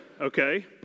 Okay